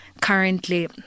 currently